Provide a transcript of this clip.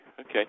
okay